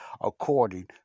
According